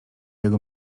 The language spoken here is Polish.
jego